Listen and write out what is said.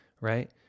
right